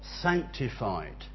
sanctified